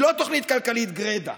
היא לא תוכנית כלכלית גרידא,